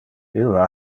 illa